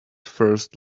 first